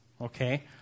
okay